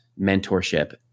mentorship